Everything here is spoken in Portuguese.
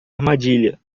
armadilha